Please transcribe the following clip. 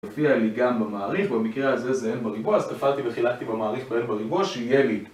מופיע לי גם במעריך, במקרה הזה זה N בריבוע, אז כפלתי וחילקתי במעריך ב N בריבוע שיהיה לי